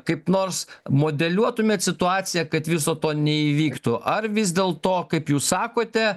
kaip nors modeliuotumėt situaciją kad viso to neįvyktų ar vis dėl to kaip jūs sakote